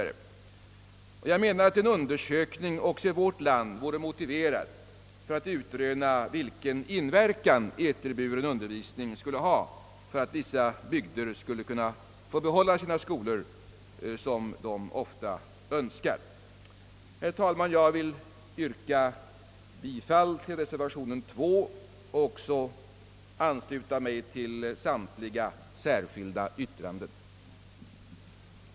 En undersökning vore därför också motiverad i vårt land för att utröna vilken inverkan eterburen undervisning skulle ha för att vissa bygder skulle kunna få behålla sina skolor, något som de ofta önskar. Herr talman! Jag vill yrka bifall till reservation 2 i statsutskottets utlåtande nr 163 och också ansluta mig till samtliga särskilda yttranden där.